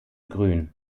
grün